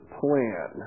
plan